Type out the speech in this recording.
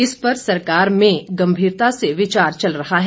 इस पर सरकार में गंभीरता से विचार चल रहा है